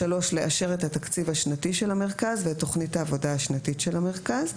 (3) לאשר את התקציב השנתי של המרכז ואת תוכנית העבודה השנתית של המרכז.